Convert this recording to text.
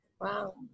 Wow